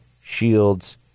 shields